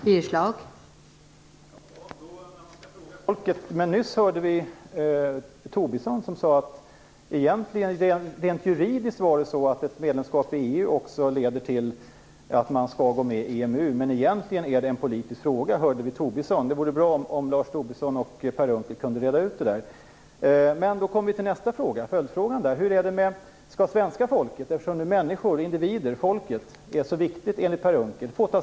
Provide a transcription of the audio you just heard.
Fru talman! Nyss hörde vi Tobisson säga att ett medlemskap i EU rent juridiskt leder till att man skall gå med i EMU men att det egentligen är en politisk fråga. Det vore bra om Lars Tobisson och Per Unckel kunde reda ut det. Då kommer jag till min följdfråga. Folket - människor och individer - är så viktigt, enligt Per Unckel.